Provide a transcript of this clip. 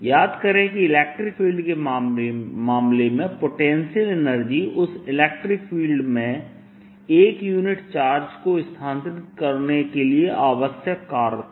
याद करें कि इलेक्ट्रिक फील्ड के मामले में पोटेंशियल एनर्जी उस इलेक्ट्रिक फील्ड में एक यूनिट चार्ज को स्थानांतरित करने के लिए आवश्यक कार्य था